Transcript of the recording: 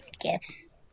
gifts